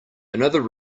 another